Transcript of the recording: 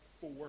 four